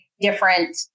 different